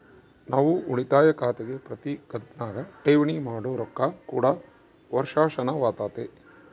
ನಾವು ಉಳಿತಾಯ ಖಾತೆಗೆ ಪ್ರತಿ ಕಂತಿನಗ ಠೇವಣಿ ಮಾಡೊ ರೊಕ್ಕ ಕೂಡ ವರ್ಷಾಶನವಾತತೆ